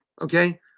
Okay